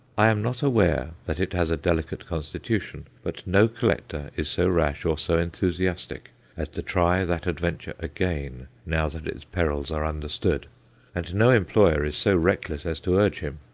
i am not aware that it has a delicate constitution but no collector is so rash or so enthusiastic as to try that adventure again, now that its perils are understood and no employer is so reckless as to urge him.